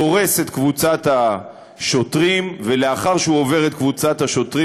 דורס את קבוצת השוטרים ולאחר שהוא עובר את קבוצת השוטרים,